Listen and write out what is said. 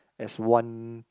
as one